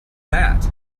that